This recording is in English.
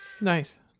Nice